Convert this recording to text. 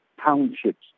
townships